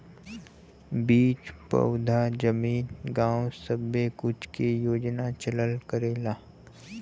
बीज पउधा जमीन गाव सब्बे कुछ के योजना चलल करेला